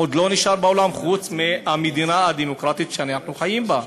כבר לא נשאר בעולם חוץ מבמדינה הדמוקרטית שאנחנו חיים בה.